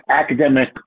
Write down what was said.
academic